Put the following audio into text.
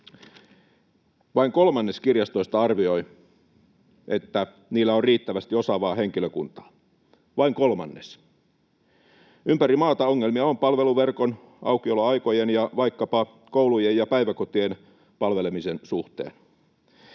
Vain kolmannes kirjastoista arvioi, että niillä on riittävästi osaavaa henkilökuntaa — vain kolmannes. Ympäri maata ongelmia on palveluverkon, aukioloaikojen ja vaikkapa koulujen ja päiväkotien palvelemisen suhteen.